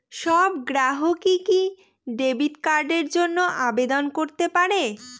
সব গ্রাহকই কি ডেবিট কার্ডের জন্য আবেদন করতে পারে?